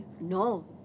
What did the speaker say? No